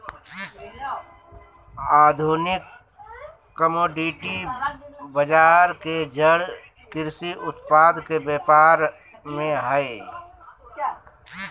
आधुनिक कमोडिटी बजार के जड़ कृषि उत्पाद के व्यापार में हइ